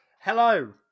Hello